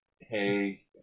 hey